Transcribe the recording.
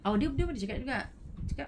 ah dia ada ada cakap juga